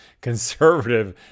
conservative